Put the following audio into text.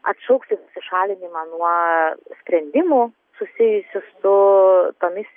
atšaukti nusišalinimą nuo sprendimų susijusių su tomis